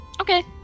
Okay